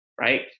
right